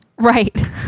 Right